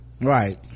Right